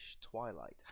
twilight